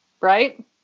right